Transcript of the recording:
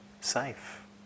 safe